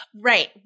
Right